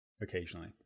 occasionally